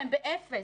והם באפס